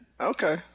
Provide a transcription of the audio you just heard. Okay